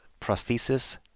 prosthesis